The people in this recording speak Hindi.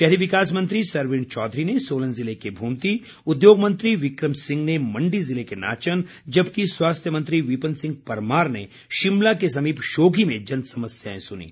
शहरी विकास मंत्री सरवीण चौधरी ने सोलन जिले के भूमती उद्योग मंत्री बिक्रम सिंह ने मण्डी जिले के नाचन जबकि स्वास्थ्य मंत्री विपिन सिंह परमार ने शिमला के समीप शोधी में जन समस्याएं सुनीं